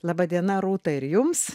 laba diena rūta ir jums